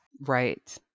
Right